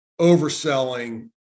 overselling